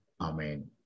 Amen